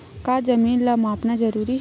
का जमीन ला मापना जरूरी हे?